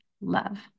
love